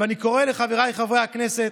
אני קורא לחבריי חברי הכנסת,